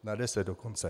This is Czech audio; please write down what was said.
Na deset dokonce.